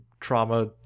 trauma